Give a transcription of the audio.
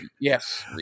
Yes